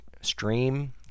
stream